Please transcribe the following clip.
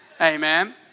amen